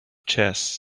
chess